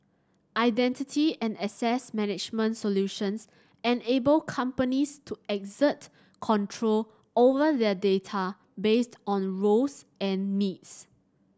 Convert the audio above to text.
identity and access management solutions enable companies to exert control over their data based on roles and needs